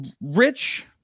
Rich